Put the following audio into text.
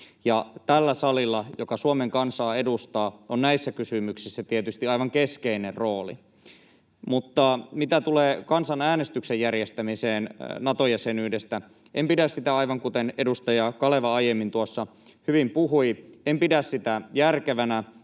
tällä salilla, joka Suomen kansaa edustaa, on näissä kysymyksissä tietysti aivan keskeinen rooli. Mutta mitä tulee kansanäänestyksen järjestämiseen Nato-jäsenyydestä, en pidä sitä, aivan kuten edustaja Kaleva aiemmin tuossa hyvin puhui, järkevänä